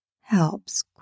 helps